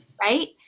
right